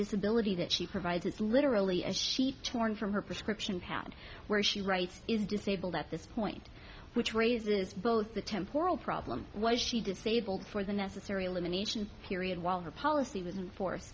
disability that she provides is literally as she torn from her prescription pad where she writes is disabled at this point which raises both the temporal problem was she disabled for the necessary elimination period while her policy was in fo